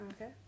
Okay